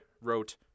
wrote